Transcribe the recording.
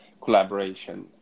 collaboration